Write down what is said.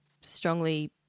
strongly